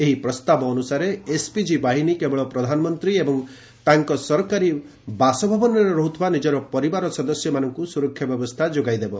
ଏହି ପ୍ରସ୍ତାବ ଅନୁସାରେ ଏସ୍ପିଜି ବାହିନୀ କେବଳ ପ୍ରଧାନମନ୍ତ୍ରୀ ଏବଂ ତାଙ୍କ ସରକାରୀ ବାସଭବନରେ ରହୁଥିବା ନିଜର ପରିବାରର ସଦସ୍ୟମାନଙ୍କୁ ସୁରକ୍ଷା ବ୍ୟବସ୍ଥା ଯୋଗାଇଦେବ